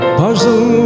puzzle